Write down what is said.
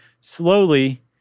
slowly